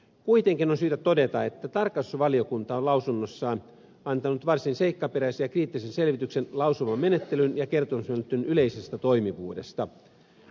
kuitenkin on syytä todeta että tarkastusvaliokunta on lausunnossaan antanut varsin seikkaperäisen ja kriittisen selvityksen lausumamenettelyn ja kertomusmenettelyn yleisestä toimivuudesta